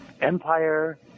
empire